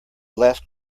last